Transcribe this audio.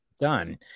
Done